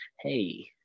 hey